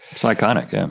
so iconic, yeah.